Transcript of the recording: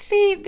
See